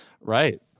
right